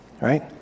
right